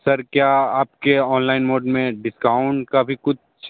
sir क्या आपके online mode में डिस्काउंट का भी कुछ